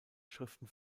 schriften